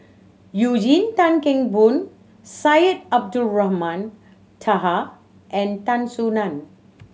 Eugene Tan Kheng Boon Syed Abdulrahman Taha and Tan Soo Nan